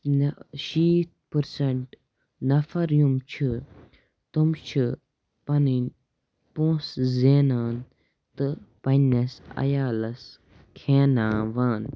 نہ شیٖتھ پٔرسینٛٹ نفر یِم چھِ تِم چھِ پَنٕنۍ پونٛسہٕ زینان تہٕ پَننِس عَیالَس کھیاناوان